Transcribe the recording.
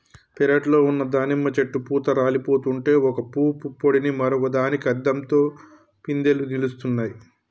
పెరట్లో ఉన్న దానిమ్మ చెట్టు పూత రాలిపోతుంటే ఒక పూవు పుప్పొడిని మరొక దానికి అద్దంతో పిందెలు నిలుస్తున్నాయి